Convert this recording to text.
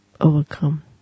overcome